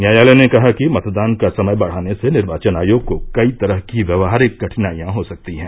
न्यायालय ने कहा कि मतदान का समय बढ़ाने से निर्वाचन आयोग को कई तरह की व्यवहारिक कठिनाइयां हो सकती हैं